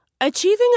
Achieving